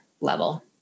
level